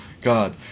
God